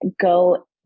go